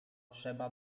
trzeba